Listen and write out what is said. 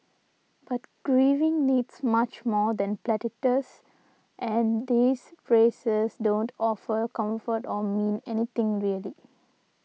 but grieving needs much more than platitudes and these phrases don't offer comfort or mean anything really